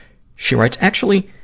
she writes actually,